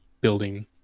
building